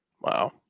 Wow